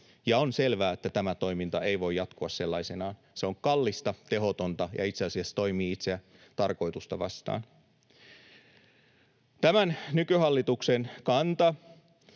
Ja on selvää, että tämä toiminta ei voi jatkua sellaisenaan. Se on kallista, tehotonta, ja itse asiassa toimii itse tarkoitusta vastaan. Tämän nykyhallituksen kanta